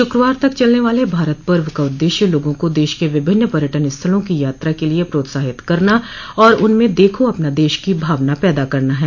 शुक्रवार तक चलने वाले भारत पर्व का उद्देश्य लोगों को देश के विभिन्न पर्यटन स्थलों की यात्रा के लिए प्रोत्साहित करना और उनमें देखो अपना देश की भावना पैदा करना है